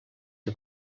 que